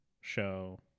show